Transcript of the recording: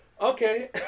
Okay